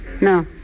No